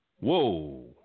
Whoa